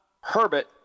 Herbert